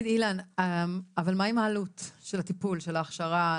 אילן, אבל מה עם העלות של הטיפול, של ההכשרה?